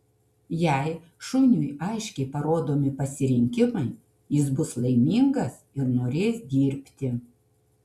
jei šuniui aiškiai parodomi pasirinkimai jis bus laimingas ir norės dirbti